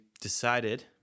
decided